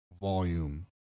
volume